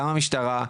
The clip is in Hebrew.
גם המשטרה,